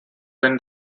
when